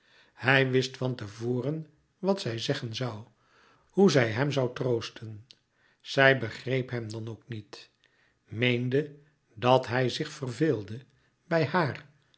hij wist van te voren wat zij zeggen zoû hoe zij hem zoû troosten zij begreep hem dan ook niet meende dat hij zich verveelde bij haar